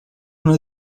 una